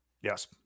yes